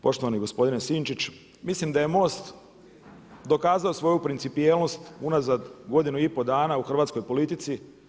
Poštovani gospodine Sinčić, mislim da je MOST dokazao svoju principijelnost unazad godinu i pol dana u hrvatskoj politici.